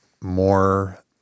more